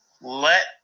let